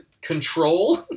control